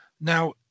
Now